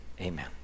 amen